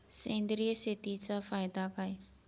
सेंद्रिय शेतीचा फायदा काय?